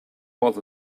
was